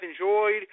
enjoyed